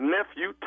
Nephew